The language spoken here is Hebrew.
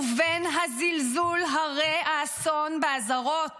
ובין הזלזול הרה האסון באזהרות